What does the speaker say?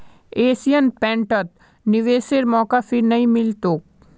Asian पेंटत निवेशेर मौका फिर नइ मिल तोक